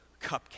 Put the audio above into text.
cupcake